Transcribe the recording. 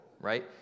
right